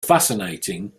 fascinating